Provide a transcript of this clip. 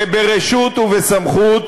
שברשות ובסמכות,